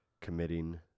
committing